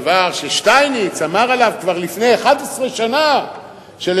דבר ששטייניץ אמר עליו כבר לפני 11 שנה שלשנות